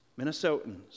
Minnesotans